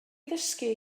ddysgu